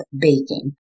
baking